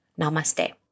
Namaste